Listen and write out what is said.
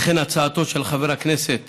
וכן בהצעתו של חבר הכנסת